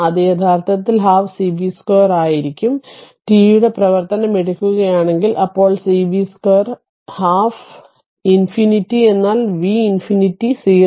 അത് യഥാർത്ഥത്തിൽ 12 cv2 ആയിരിക്കും T യുടെ പ്രവർത്തനം എടുക്കുകയാണെങ്കിൽ അപ്പോൾcv 2 12 ഇൻഫിനിറ്റി എന്നാൽ v ഇൻഫിനിറ്റി 0